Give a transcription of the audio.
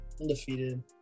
undefeated